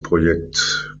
projekt